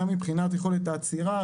גם מבחינת יכולת העצירה,